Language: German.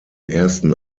ersten